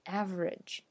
average